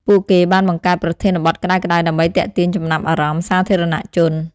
ពួកគេបានបង្កើតប្រធានបទក្តៅៗដើម្បីទាក់ទាញចំណាប់អារម្មណ៍សាធារណៈជន។